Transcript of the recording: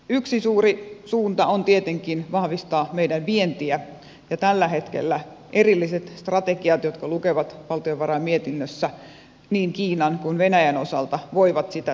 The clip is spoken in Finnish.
yksi suuri suunta on tietenkin vahvistaa meidän vientiä ja tällä hetkellä erilliset strategiat jotka mainitaan valtiovarainvaliokunnan mietinnössä niin kiinan kuin venäjän osalta voivat sitä tuoda